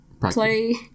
Play